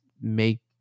make